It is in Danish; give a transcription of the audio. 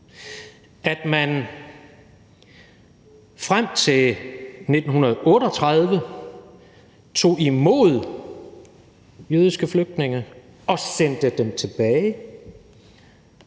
at man frem til 1938 tog imod jødiske flygtninge og sendte dem tilbage